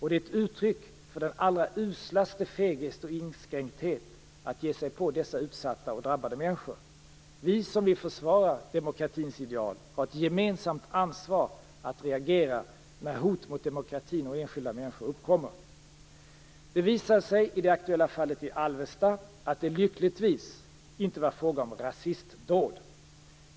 Det är ett uttryck för den allra uslaste feghet och inskränkthet att ge sig på dessa utsatta och drabbade människor. Vi, som vill försvara demokratins ideal, har ett gemensamt ansvar att reagera när hot mot demokratin och enskilda människor uppkommer. Det visade sig i det aktuella fallet i Alvesta att det - lyckligtvis - inte var fråga om ett rasistdåd.